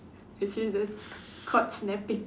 you see the cord snapping